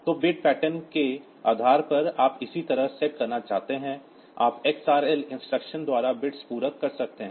तो bit pattern के आधार पर आप इसी तरह सेट करना चाहते हैं आप XRL इंस्ट्रक्शन द्वारा बिट्स पूरक कर सकते हैं